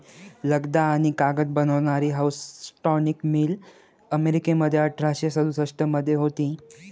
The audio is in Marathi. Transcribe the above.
लगदा आणि कागद बनवणारी हाऊसटॉनिक मिल अमेरिकेमध्ये अठराशे सदुसष्ट मध्ये होती